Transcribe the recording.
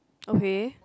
okay